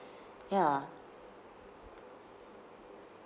ya